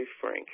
frank